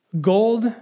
Gold